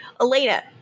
Elena